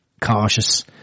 cautious